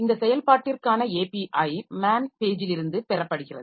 இந்த செயல்பாட்டிற்கான API man பேஜிலிருந்து பெறப்படுகிறது